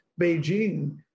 Beijing